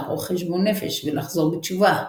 לערוך חשבון נפש ולחזור בתשובה,